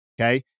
Okay